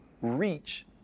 reach